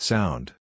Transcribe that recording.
Sound